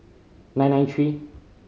nine nine three